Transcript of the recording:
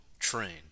trained